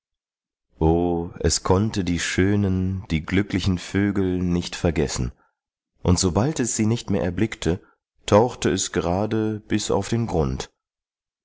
es konnte die schönen die glücklichen vögel nicht vergessen und sobald es sie nicht mehr erblickte tauchte es gerade bis auf den grund